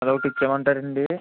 అదొక్కటి ఇచ్చేయమంటారండి